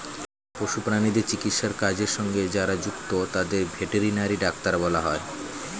পশু প্রাণীদের চিকিৎসার কাজের সঙ্গে যারা যুক্ত তাদের ভেটেরিনারি ডাক্তার বলা হয়